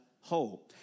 hope